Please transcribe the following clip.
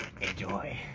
Enjoy